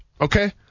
okay